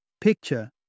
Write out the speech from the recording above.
Picture